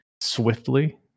swiftly